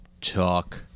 talk